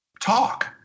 talk